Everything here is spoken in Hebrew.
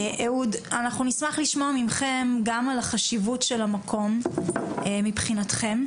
נשמח לשמוע מכם גם על החשיבות של המקום, מבחינתכם.